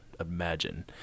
imagine